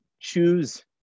choose